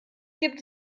gibt